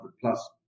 plus